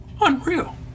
unreal